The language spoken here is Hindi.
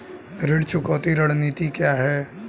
ऋण चुकौती रणनीति क्या है?